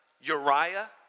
Uriah